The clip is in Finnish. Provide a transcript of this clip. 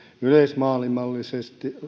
yleismaailmallisesti